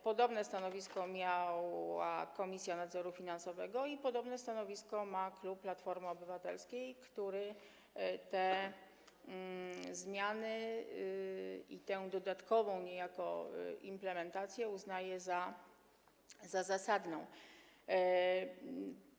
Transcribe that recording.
Podobne stanowisko miała Komisja Nadzoru Finansowego i podobne stanowisko ma klub Platforma Obywatelska, który te zmiany i tę dodatkową niejako implementację uznaje za zasadne.